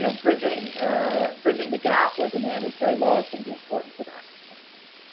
you know bridging ah bridging the gap where demand is very low, it's gonna be important for that in the kind of